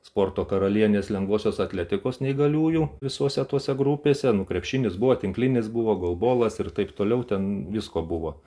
sporto karalienės lengvosios atletikos neįgaliųjų visuose tuose grupėse nu krepšinis buvo tinklinis buvo golbolas ir taip toliau ten visko buvo